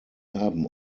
haben